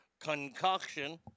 concoction